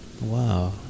Wow